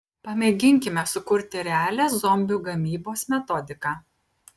pamėginkime sukurti realią zombių gamybos metodiką